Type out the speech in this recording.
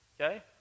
Okay